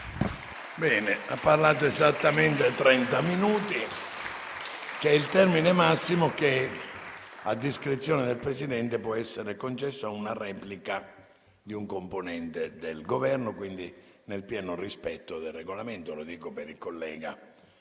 Ha parlato esattamente trenta minuti, che è il termine massimo che, a discrezione del Presidente, può essere concesso a una replica di un componente del Governo, quindi nel pieno rispetto del Regolamento. Lo dico per il collega